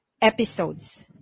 episodes